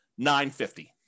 950